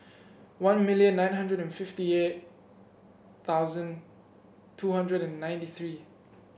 one million nine hundred and fifty eight thousand two hundred and ninety three